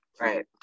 right